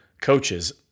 coaches